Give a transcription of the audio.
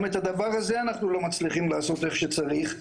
גם את הדבר הזה אנחנו לא מצליחים לעשות איך שצריך,